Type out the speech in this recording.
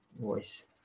voice